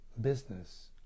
business